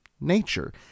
nature